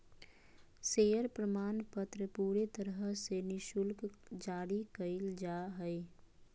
share प्रमाणपत्र पूरे तरह से निःशुल्क जारी कइल जा हइ